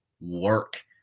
work